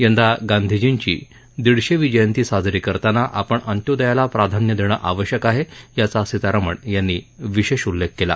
यंदा गांधीजींची दिडशेवी जयंती साजरी करताना आपण अंत्योदयाला प्राधान्य देणं आवश्यक आहे याचा सीतारामन यांनी विशेष उल्लेख केला